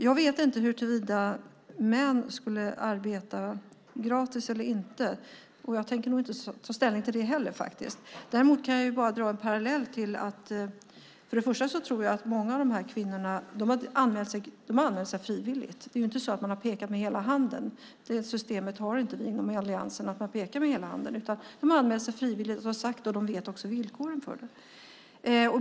Jag vet inte om män skulle arbeta gratis eller inte. Jag tänker nog inte ta ställning till det heller. De här kvinnorna har anmält sig frivilligt. Det är inte så att man har pekat med hela handen. Det systemet har inte vi inom alliansen. De har anmält sig frivilligt. De vet också villkoren för det.